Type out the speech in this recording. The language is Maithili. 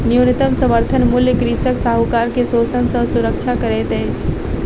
न्यूनतम समर्थन मूल्य कृषक साहूकार के शोषण सॅ सुरक्षा करैत अछि